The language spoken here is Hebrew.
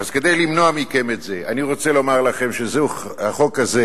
אז כדי למנוע מכם את זה אני רוצה לומר לכם שהחוק הזה